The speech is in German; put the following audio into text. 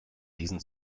diesen